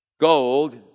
Gold